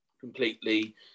completely